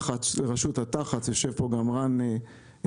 לרשות לתחבורה ציבורית יושב פה גם רן שדמי